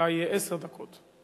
לה יהיו עשר דקות.